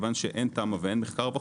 כיוון שאין תמ"א ואין מחקר,